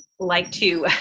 like to